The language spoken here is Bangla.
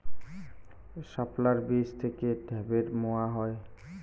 শাপলার বীজ থেকে ঢ্যাপের মোয়া হয়?